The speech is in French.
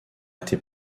été